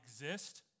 exist